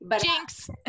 Jinx